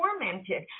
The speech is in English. tormented